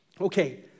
Okay